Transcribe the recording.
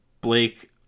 Blake